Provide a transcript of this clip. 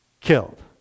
killed